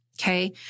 okay